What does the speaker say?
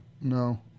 no